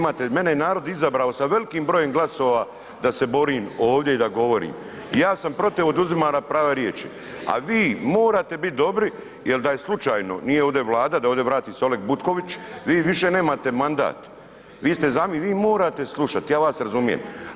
Mene je narod izabrao sa velikim brojem glasova da se borim ovdje i da govorim i ja sam protiv oduzimanja prava riječi, a vi morate biti dobri jer da je slučajno nije ovdje Vlada da ovdje se vrati Oleg Butković vi više nemate mandat, vi ste, vi morate slušati, ja vas razumijem.